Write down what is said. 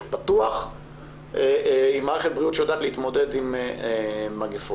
בריאות עם מערכת בריאות שיודעת להתמודד עם מגפות.